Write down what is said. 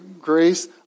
grace